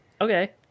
Okay